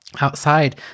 Outside